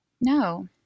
No